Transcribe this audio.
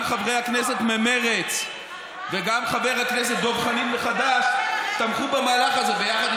גם חברי הכנסת ממרצ וגם חבר הכנסת דב חנין מחד"ש תמכו במהלך הזה ביחד,